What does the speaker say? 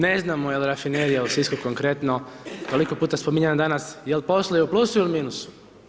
Ne znamo jel rafinerija u Sisku konkretno, toliko puta spominjana, danas jel posluje u plusu ili minusu?